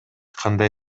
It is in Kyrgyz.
кандай